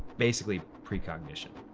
basically precognition.